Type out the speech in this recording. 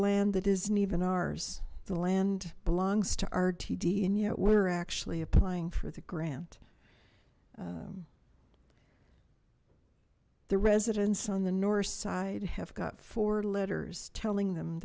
land that isn't even ours the land belongs to rtd and yet we're actually applying for the grant the residents on the north side have got four letters telling them